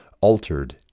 altered